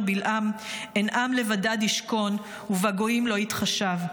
בלעם: "הן עם לבדד ישכן ובגוים לא יתחשב".